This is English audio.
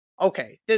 okay